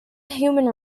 human